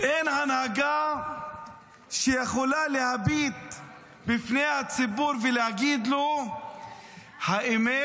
אין הנהגה שיכולה להביט בפני הציבור ולהגיד לו את האמת,